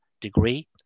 degree